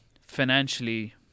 financially